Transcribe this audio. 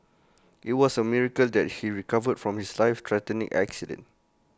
IT was A miracle that she recovered from his life threatening accident